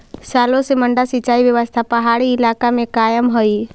सालो से मड्डा सिंचाई व्यवस्था पहाड़ी इलाका में कायम हइ